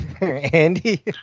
Andy